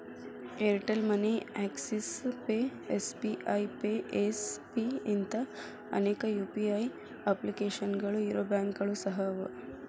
Airtel money Axis pay SBI pay yes pay ಇಂಥಾ ಅನೇಕ UPI ಅಪ್ಲಿಕೇಶನ್ಗಳು ಇರೊ ಬ್ಯಾಂಕುಗಳು ಸಹ ಅವ